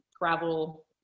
gravel